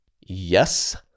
Yes